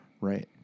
Right